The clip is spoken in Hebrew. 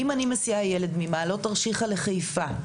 אם אני מסיע ילד ממעלות תרשיחא לחיפה,